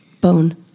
Bone